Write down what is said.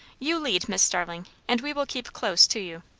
you lead, miss starling, and we will keep close to you.